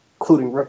including